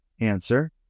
Answer